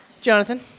Jonathan